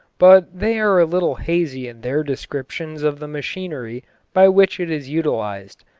but they are a little hazy in their descriptions of the machinery by which it is utilized.